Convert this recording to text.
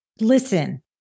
listen